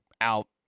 out